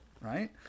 right